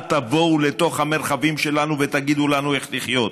אל תבואו לתוך המרחבים שלנו ותגידו לנו איך לחיות.